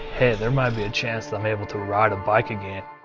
hey, there might be a chance that i'm able to ride a bike again.